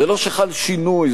זה לא שחל שינוי,